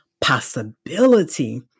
possibility